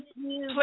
please